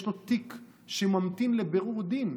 יש לו תיק שממתין לבירור דין,